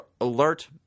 alert